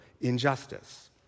injustice